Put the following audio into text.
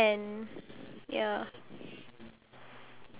what do you think is the perfect gift for your dad